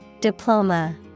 diploma